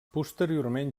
posteriorment